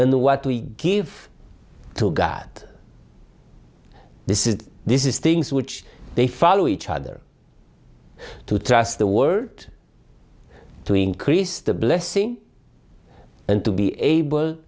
in the what we give to god this is this is things which they follow each other to trust the word to increase the blessing and to be able